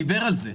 הוא דיבר על זה.